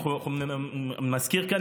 אני מזכיר כאן,